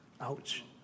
Ouch